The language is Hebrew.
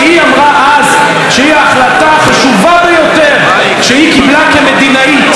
אמרה אז שהיא ההחלטה החשובה ביותר שהיא קיבלה כמדינאית.